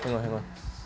hang on hang on